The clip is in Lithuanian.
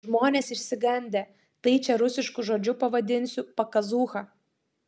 žmonės išsigandę tai čia rusišku žodžiu pavadinsiu pakazūcha